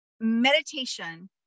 meditation